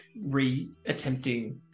re-attempting